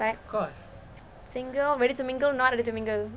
single ready to mingle not ready to mingle